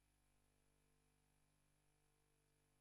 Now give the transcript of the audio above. רבותי, אני מחדש את הישיבה.